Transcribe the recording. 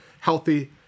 healthy